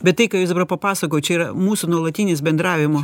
bet tai ką jūs dabar papasakojot čia yra mūsų nuolatinis bendravimo